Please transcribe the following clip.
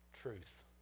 truth